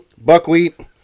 Buckwheat